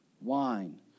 Wine